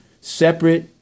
separate